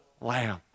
lamb